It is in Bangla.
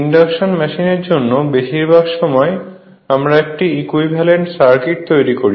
ইন্ডাকশন মেশিনের জন্য বেশিরভাগ সময় আমরা একটি ইকুইভ্যালেন্ট সার্কিট তৈরি করি